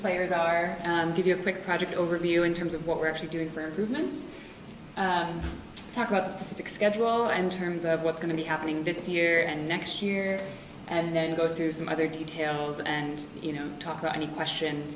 players are give you a quick project overview in terms of what we're actually doing for improvements and talk about specific schedule and terms of what's going to be happening this year and next year and go through some other details and you know talk about any question